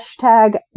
hashtag